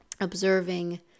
observing